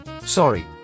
Sorry